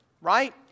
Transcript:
Right